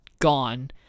gone